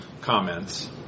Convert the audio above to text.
comments